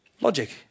Logic